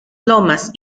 lomas